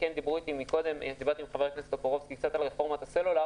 דיברתי קודם עם חבר הכנסת טופורובסקי על רפורמת הסלולר